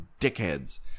dickheads